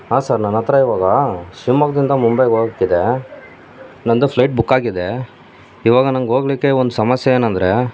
ಹಾಂ ಸರ್ ನನ್ನ ಹತ್ತಿರ ಇವಾಗ ಶಿವಮೊಗ್ದಿಂದ ಮುಂಬೈಗೆ ಹೋಗಕ್ಕಿದೆ ನನ್ನದು ಫ್ಲೈಟ್ ಬುಕ್ಕಾಗಿದೆ ಇವಾಗ ನಂಗೆ ಹೋಗ್ಲಿಕ್ಕೆ ಒಂದು ಸಮಸ್ಯೆ ಏನಂದರೆ